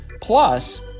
plus